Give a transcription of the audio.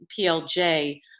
PLJ